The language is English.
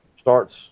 starts